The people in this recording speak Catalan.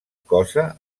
cosa